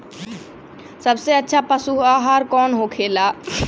सबसे अच्छा पशु आहार कौन होखेला?